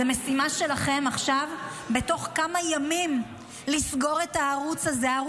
זו משימה שלכם עכשיו לסגור את הערוץ הזה בתוך כמה ימים.